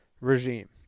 regime